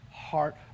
heart